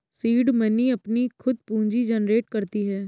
seed money अपनी खुद पूंजी जनरेट करती है